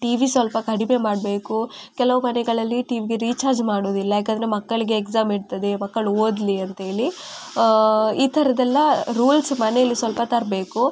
TV ಸ್ವಲ್ಪ ಕಡಿಮೆ ಮಾಡಬೇಕು ಕೆಲವು ಮನೆಗಳಲ್ಲಿ ಟಿವಿಗೆ ರಿಚಾರ್ಜ್ ಮಾಡುವುದಿಲ್ಲ ಯಾಕೆಂದ್ರೆ ಮಕ್ಕಳಿಗೆ ಎಕ್ಸಾಮ್ ಇರ್ತದೆ ಮಕ್ಕಳು ಓದಲಿ ಅಂಥೇಳಿ ಈ ಥರದ್ದೆಲ್ಲ ರೂಲ್ಸ್ ಮನೆಯಲ್ಲಿ ಸ್ವಲ್ಪ ತರಬೇಕು